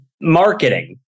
marketing